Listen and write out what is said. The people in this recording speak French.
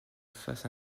face